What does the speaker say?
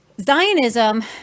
Zionism